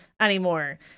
anymore